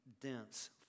dense